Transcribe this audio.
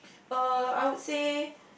uh I would say